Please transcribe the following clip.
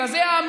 אלא זה האמיתי,